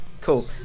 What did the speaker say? cool